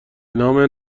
نام